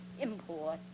import